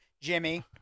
Jimmy